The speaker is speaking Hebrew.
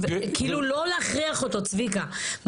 כאילו, לא להכריח אותו, צביקה.